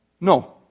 No